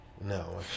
No